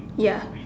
ya